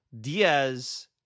Diaz